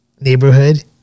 neighborhood